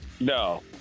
No